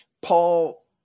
paul